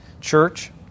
church